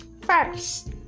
First